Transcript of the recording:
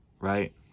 right